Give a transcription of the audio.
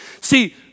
See